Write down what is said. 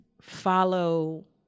follow